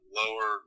lower